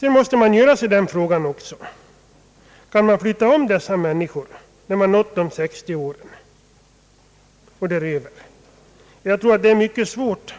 Man måste också ställa sig frågan: Kan man flytta om dessa människor som nått de 60 åren eller däröver? Jag tror att det blir mycket svårt.